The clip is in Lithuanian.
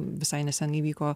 visai neseniai vyko